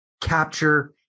capture